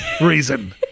reason